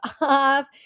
off